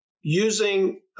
using